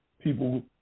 people